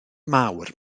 mawr